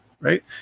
right